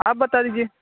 آپ بتا دیجیے